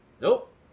Nope